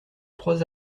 trois